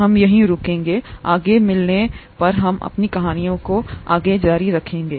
हम यहीं रुकेंगेआगे मिलने पर हम अपनी कहानियों को आगे जारी रखेंगे